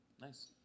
Nice